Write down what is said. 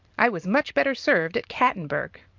i was much better served at cattenburg.